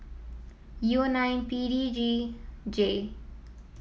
U nine P D G J